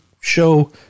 show